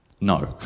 No